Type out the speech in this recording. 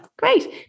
Great